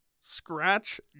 Scratch